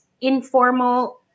informal